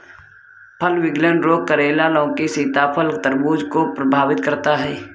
फल विगलन रोग करेला, लौकी, सीताफल, तरबूज को प्रभावित करता है